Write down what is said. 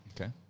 okay